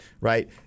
right